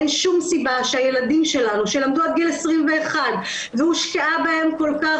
אין שום סיבה שהילדים שלנו שלמדו עד גיל 21 והושקעה בהם כל כך